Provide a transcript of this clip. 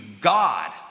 God